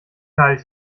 kalt